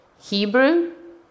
Hebrew